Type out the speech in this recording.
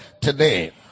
today